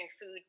food